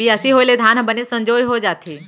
बियासी होय ले धान ह बने संजोए हो जाथे